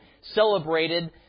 celebrated